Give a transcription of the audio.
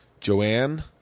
Joanne